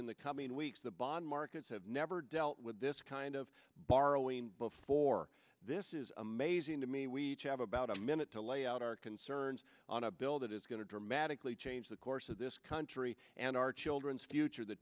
in the coming weeks the bond markets have never dealt with this kind of borrowing before this is amazing to me we have about a minute to lay out our concerns on a bill that is going to dramatically change the course of this country and our children's future the